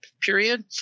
period